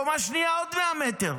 וקומה שנייה עוד 100 מטר.